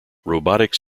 robotics